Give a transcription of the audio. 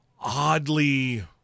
oddly